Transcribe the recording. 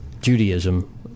Judaism